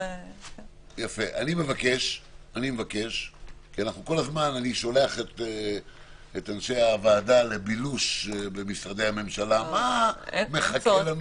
כל הזמן אני שולח את אנשי הוועדה לבילוש במשרדי הוועדה מה מחכה לנו.